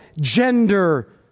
gender